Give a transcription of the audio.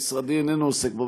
משרדי איננו עוסק בו,